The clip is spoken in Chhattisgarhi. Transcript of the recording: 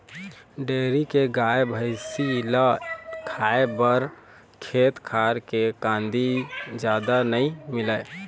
डेयरी के गाय, भइसी ल खाए बर खेत खार के कांदी जादा नइ मिलय